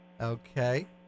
Okay